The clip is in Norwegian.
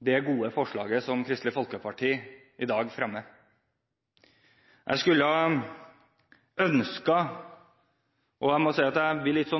det gode forslaget som Kristelig Folkeparti i dag fremmer. Jeg må si at jeg blir litt